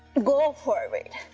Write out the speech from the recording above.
go forward,